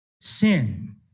sin